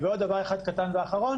ועוד דבר אחד קטן ואחרון,